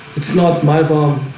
it's not my phone.